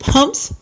Pumps